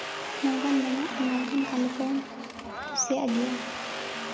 ᱱᱚᱝᱠᱟᱱ ᱵᱮᱱᱟᱣ ᱱᱚᱝᱠᱟᱱ ᱠᱟᱹᱢᱤ ᱠᱩᱧ ᱠᱩᱥᱤᱭᱟᱜ ᱜᱮᱭᱟ